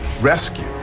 rescue